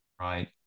right